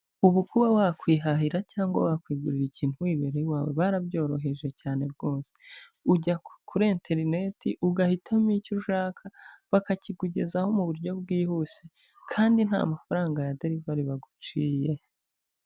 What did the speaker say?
Ubu kuba wakwihahira cyangwa wakwigurira ikintu wibereye iwawe barabyoroheje cyane rwose, ujya kuri interineti ugahitamo icyo ushaka bakakikugezaho mu buryo bwihuse kandi nta mafaranga ya derivari baguciye.